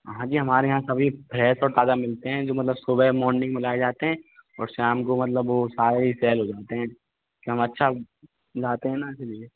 हाँ जी हमारे यहाँ सभी फ्रेश और ताजा मिलते हैं जो मतलब सुबह मॉर्निंग में लाए जाते हैं और शाम को मतलब वो सारे ही सेल हो जाते हैं तो हम अच्छा लाते हैं ना इसीलिए